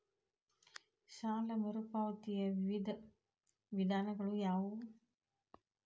ಸಾಲ ಮರುಪಾವತಿಯ ವಿವಿಧ ವಿಧಾನಗಳು ಯಾವುವು?